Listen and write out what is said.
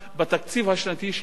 בתקציב השנתי שלה,